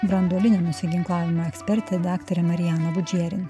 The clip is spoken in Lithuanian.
branduolinio nusiginklavimo ekspertė daktarė mariana budžerin